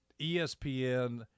ESPN